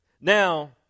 now